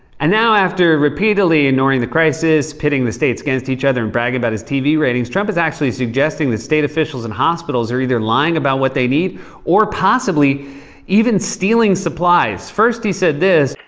and now after repeatedly ignoring the crisis, pitting the states against each other, and bragging about his tv ratings, trump is actually suggesting that state officials and hospitals are either lying about what they need or possibly even stealing supplies. first he said this.